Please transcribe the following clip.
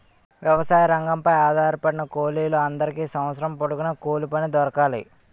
వ్యవసాయ రంగంపై ఆధారపడిన కూలీల అందరికీ సంవత్సరం పొడుగున కూలిపని దొరకాలి